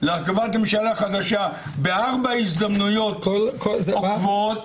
להרכבת ממשלה חדשה בארבע הזדמנויות עוקבות,